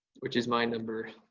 which is my number